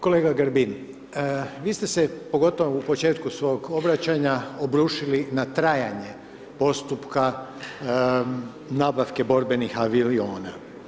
Kolega Grbin, vi ste se pogotovo u početku svog obraćanja obrušili na trajanje postupka nabavke borbenih aviona.